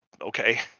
okay